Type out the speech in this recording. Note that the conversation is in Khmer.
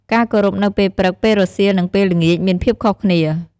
ការគោរពនៅពេលព្រឹក ពេលរសៀល និងពេលល្ងាច មានភាពខុសគ្នា។